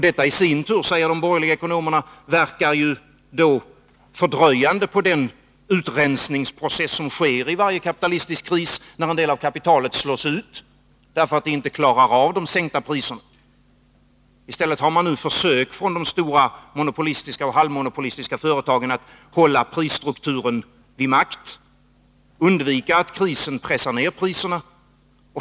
Detta i sin tur, säger de borgerliga ekonomerna, verkar då fördröjande på den utrensningsprocess som sker i varje kapitalistisk kris, när en del av kapitalet slås ut därför att det inte klarar av de sänkta priserna. I stället har man nu försökt från de stora monopolistiska och halvmonopolistiska företagen att hålla prisstrukturen vid makt och undvika att krisen pressar ned priserna.